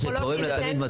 ויכולים להינתן ניתוחים.